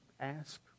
Ask